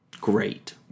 great